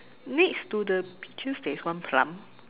next to the peaches there's one plum